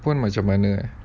pun macam mana ah